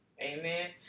Amen